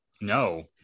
No